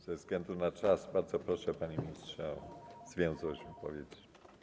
Ze względu na czas bardzo proszę, panie ministrze, o zwięzłość wypowiedzi.